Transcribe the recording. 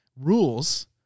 rules